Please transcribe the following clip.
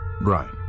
Brian